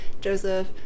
Joseph